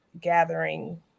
gathering